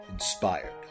Inspired